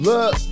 Look